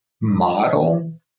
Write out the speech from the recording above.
model